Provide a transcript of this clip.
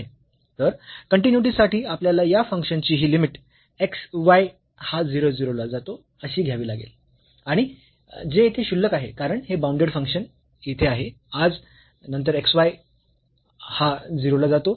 तर कन्टीन्यूईटी साठी आपल्याला या फंक्शन ची ही लिमिट x y हा 0 0 ला जातो अशी घ्यावी लागेल आणि जे येथे क्षुल्लक आहे कारण हे बाऊंडेड फंक्शन येथे आहे आज नंतर x y हा 0 ला जातो